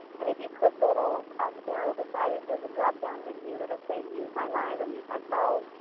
and if you click the little um arrow beside it, there's a dropdown menu that will say mute my line or mute my phone,